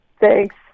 Thanks